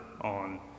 on